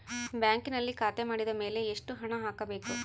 ಬ್ಯಾಂಕಿನಲ್ಲಿ ಖಾತೆ ಮಾಡಿದ ಮೇಲೆ ಎಷ್ಟು ಹಣ ಹಾಕಬೇಕು?